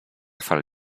chwal